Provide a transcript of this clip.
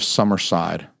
Summerside